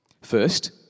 First